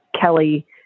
Kelly